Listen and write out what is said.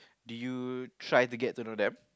do you try to get to know them